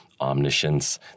omniscience